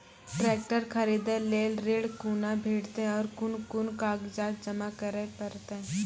Tractor खरीदै लेल ऋण कुना भेंटते और कुन कुन कागजात जमा करै परतै?